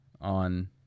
on